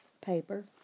paper